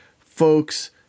folks